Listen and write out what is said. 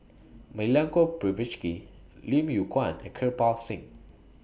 Milenko Prvacki Lim Yew Kuan and Kirpal Singh